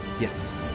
Yes